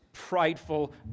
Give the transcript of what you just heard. prideful